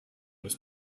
was